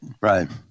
right